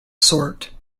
sort